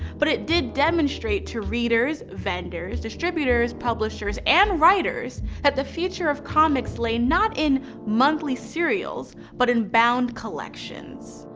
but it did demonstrate to readers, vendors, distributors, publishers, and writers that the future of comics lay not in monthly serials but in bound collections.